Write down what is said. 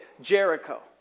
Jericho